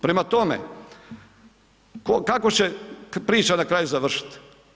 Prema tome, kako će priča na kraju završiti?